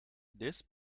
this